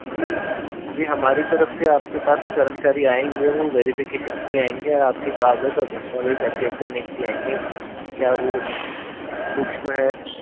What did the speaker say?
जी जी हमारी तरफ से आपके पास कर्मचारी आएंगे वो वेरिफिकेशन के लिए आएंगे और आपकी कागज़ और दस्तावेज चेक करने के लिए आएंगे क्या वह सूक्ष्म है